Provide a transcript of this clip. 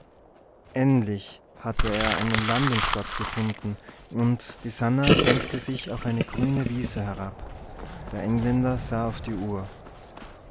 endlich hatte er seinen landungsplatz gefunden und die sannah senkte sich auf eine grüne wiese herab der engländer sah auf die uhr